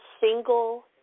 single